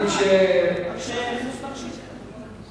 ודאי, עד שיכניסו את האנשים.